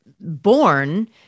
born